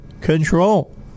control